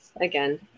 again